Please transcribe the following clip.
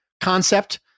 concept